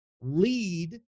lead